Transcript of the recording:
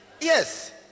Yes